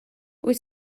wyt